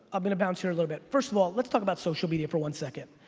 i'm gonna bounce here a little bit. first of all, let's talk about social media for one second.